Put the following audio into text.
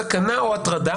סכנה או הטרדה,